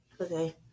Okay